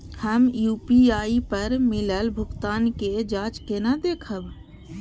हम यू.पी.आई पर मिलल भुगतान के जाँच केना देखब?